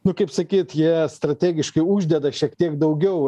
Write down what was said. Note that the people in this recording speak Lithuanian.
nu kaip sakyt jie strategiškai uždeda šiek tiek daugiau